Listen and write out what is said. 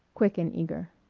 quick and eager.